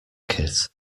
kit